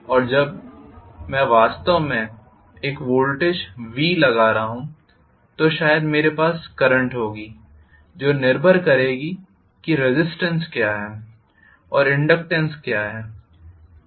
और जब वास्तव में मैं एक वोल्टेज लगा रहा हूं तो शायद मेरे पास करंट होगी जो निर्भर करेगी कि रेज़िस्टेन्स क्या है और इनडक्टेन्स क्या है